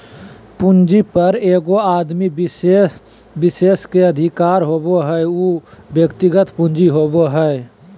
पूंजी पर एगो आदमी विशेष के अधिकार होबो हइ उ व्यक्तिगत पूंजी होबो हइ